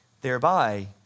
Thereby